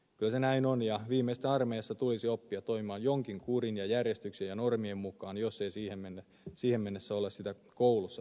kyllä se näin on ja viimeistään armeijassa tulisi oppia toimimaan jonkin kurin ja järjestyksen ja normien mukaan jos ei siihen mennessä ole sitä koulussa vielä oppinut